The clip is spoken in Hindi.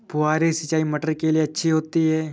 फुहारी सिंचाई मटर के लिए अच्छी होती है?